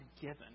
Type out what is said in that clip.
given